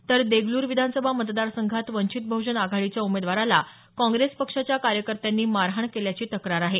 तर देगलूर विधानसभा मतदार संघात वंचित बहुजन आघाडीच्या उमेदवाराला काँग्रेस पक्षाच्या कार्यकर्त्यांनी मारहाण केल्याची तक्रार आहे